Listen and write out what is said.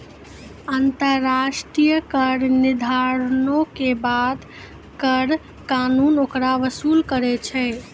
अन्तर्राष्ट्रिय कर निर्धारणो के बाद कर कानून ओकरा वसूल करै छै